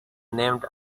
named